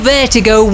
Vertigo